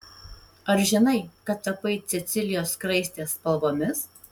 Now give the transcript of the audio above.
ar žinai kad tapai cecilijos skraistės spalvomis